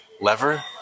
lever